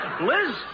Liz